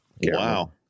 Wow